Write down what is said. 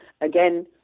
Again